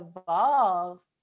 evolve